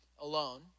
alone